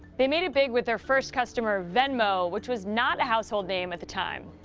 they made it big with our first customer, venmo, which was not a household name at the time.